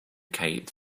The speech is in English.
kite